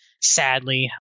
sadly